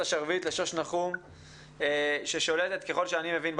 השרביט לשוש נחום ששולטת ככל שאני מבין,